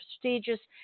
prestigious